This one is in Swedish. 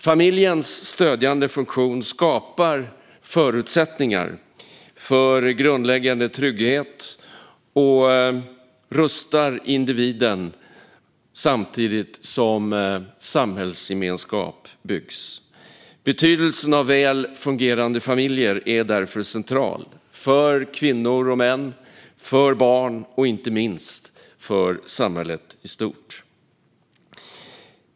Familjens stödjande funktion skapar förutsättningar för grundläggande trygghet och rustar individen samtidigt som samhällsgemenskap byggs. Betydelsen av väl fungerande familjer är därför central - för kvinnor och män, för barn och, inte minst, för samhället i stort.